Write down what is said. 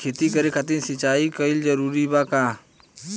खेती करे खातिर सिंचाई कइल जरूरी बा का?